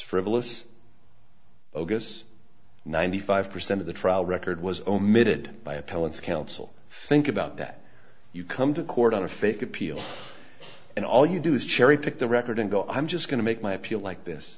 frivolous ogust ninety five percent of the trial record was omitted by appellants counsel think about that you come to court on a fake appeal and all you do is cherry pick the record and go i'm just going to make my appeal like this